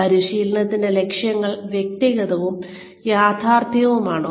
പരിശീലനത്തിന്റെ ലക്ഷ്യങ്ങൾ വ്യക്തവും യാഥാർത്ഥ്യവുമാണോ